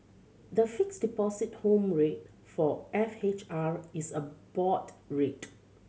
the Fixed Deposit Home Rate for F H R is a board rate